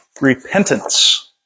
repentance